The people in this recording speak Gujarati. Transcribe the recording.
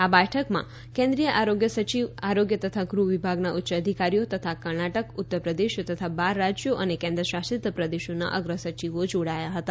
આ બેઠકમાં કેન્દ્રિય આરોગ્ય સચિવ આરોગ્ય તથા ગૃહ વિભાગના ઉચ્ચ અધિકારીઓ તથા કર્ણાટક ઉત્તર પ્રદેશ તથા બાર રાજ્યો અને કેન્દ્ર શાસિત પ્રદેશોના અગ્રસચિવો જોડાયા હતા